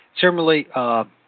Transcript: Similarly